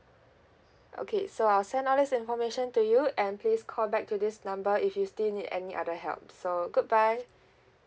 okay so I'll send all this information to you and please call back to this number if you still need any other help so goodbye